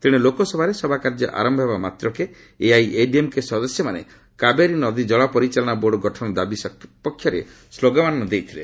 ତେଣେ ଲୋକସଭାରେ ସଭାକାର୍ଯ୍ୟ ଆରନ୍ଭ ହେବା ମାତ୍କେ ଏଆଇଏଡିଏମ୍କେ ସଦସ୍ୟମାନେ କାବେରୀ ନଦୀ ଜଳ ପରିଚାଳନା ବୋର୍ଡ ଗଠନ ଦାବି ସପକ୍ଷରେ ସ୍କୋଗାନମାନ ଦେଇଥିଲେ